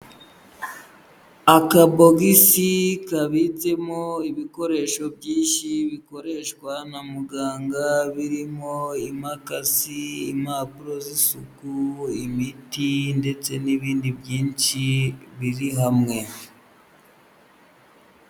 Akabogisi kabitsemo ibikoresho byinshi bikoreshwa na muganga, birimo imakasi, impapuro z'isuku, imiti, ndetse n'ibindi byinshi biri hamwe.